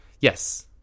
Yes